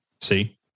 see